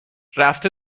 رفته